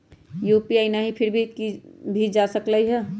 UPI न हई फिर भी जा सकलई ह?